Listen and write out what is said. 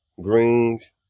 Greens